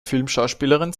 filmschauspielerin